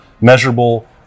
measurable